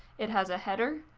it has a header,